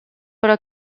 però